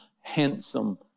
handsome